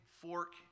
fork